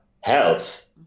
health